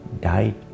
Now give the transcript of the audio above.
Died